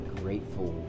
grateful